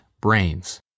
brains